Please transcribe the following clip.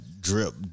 Drip